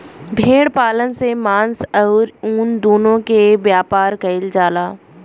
भेड़ पालन से मांस अउरी ऊन दूनो के व्यापार कईल जाला